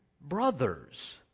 brothers